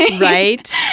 Right